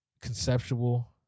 conceptual